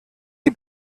die